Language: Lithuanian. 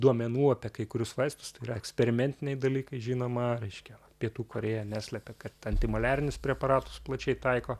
duomenų apie kai kurius vaistus tai yra eksperimentiniai dalykai žinoma reiškia va pietų korėja neslepia kad antimaliarinius preparatus plačiai taiko